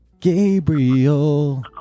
Gabriel